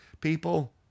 People